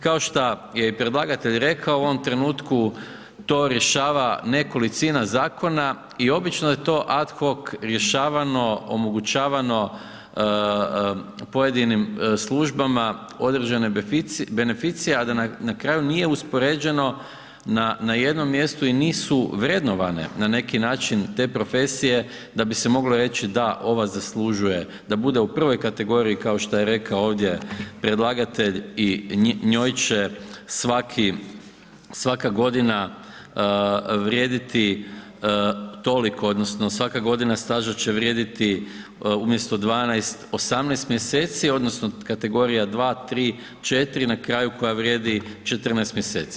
Kao šta je i predlagatelj rekao, u ovom trenutku to rješava nekolicina zakona i obično je to ad hoc rješavano, omogućavano pojedinim službama određene beneficije, a da na kraju nije uspoređeno na, na jednom mjestu i nisu vrednovane na neki način te profesije da bi se moglo reći da, ova zaslužuje da bude u prvoj kategoriji kao šta je rekao ovdje predlagatelj i njoj će svaki, svaka godina vrijediti toliko odnosno svaka godina staža će vrijediti umjesto 12, 18 mjeseci odnosno kategorija 2, 3, 4 i na kraju koja vrijedi 14 mjeseci.